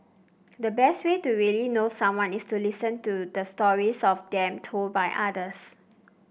the best way to really know someone is to listen to the stories of them told by others